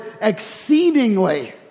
exceedingly